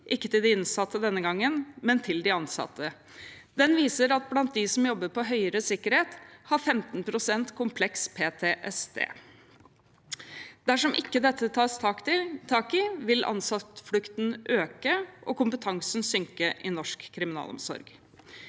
ikke til de innsatte denne gangen, men til de ansatte. Den viser at blant dem som jobber på høyere sikkerhet, har 15 pst. kompleks PTSD. Dersom ikke dette tas tak i, vil ansatteflukten øke og kompetansen synke i norsk kriminalomsorg.